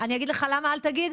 אני אגיד לך למה אל תגיד?